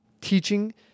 teaching